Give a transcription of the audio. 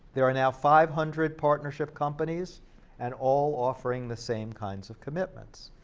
there are now five hundred partnership companies and all offering the same kinds of commitments.